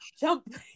jump